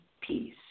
peace